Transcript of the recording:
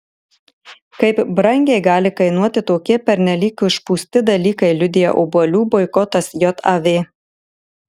kaip brangiai gali kainuoti tokie pernelyg išpūsti dalykai liudija obuolių boikotas jav